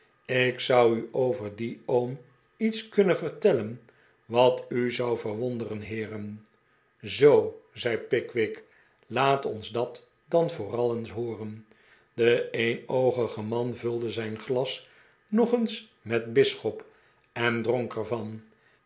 ik zoti u over dien oom iets kunnen vertellen wat u zou verwonderen heeren zoo zei pickwick laat ons dat dan vooral eens hooren de eenoogige man vulde zijn glas nog eens met bisschop en dronk er van